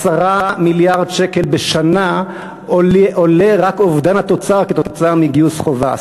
10 מיליארד שקל בשנה עולה רק אובדן התוצר מגיוס חובה,